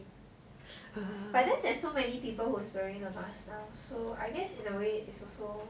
but then there's so many people who is wearing a mask now so I guess in a way it's also